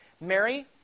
Mary